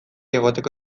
egoteko